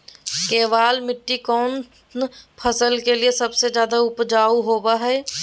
केबाल मिट्टी कौन फसल के लिए सबसे ज्यादा उपजाऊ होबो हय?